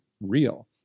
real